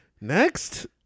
Next